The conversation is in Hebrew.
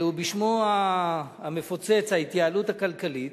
ובשמו המפוצץ "ההתייעלות הכלכלית",